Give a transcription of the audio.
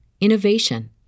innovation